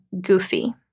goofy